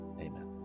amen